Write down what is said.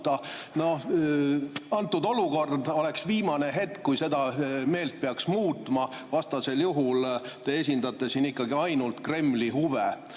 noh, praegune olukord oleks viimane hetk, kui seda meelt peaks muutma, vastasel juhul te esindate siin ikkagi ainult Kremli huve. Aga